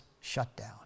shutdown